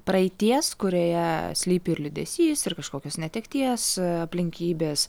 praeities kurioje slypi ir liūdesys ir kažkokios netekties aplinkybės